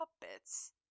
puppets